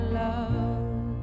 love